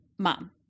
Mom